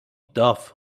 doth